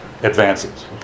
advances